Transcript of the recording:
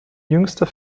jüngster